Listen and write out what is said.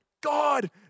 God